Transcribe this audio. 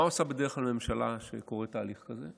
מה עושה בדרך כלל ממשלה כשקורה תהליך כזה?